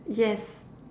yes